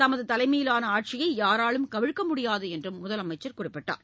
தமது தலைமையிலான ஆட்சியை யாராலும் கவிழ்க்க முடியாது என்றும் முதலமைச்சர் குறிப்பிட்டார்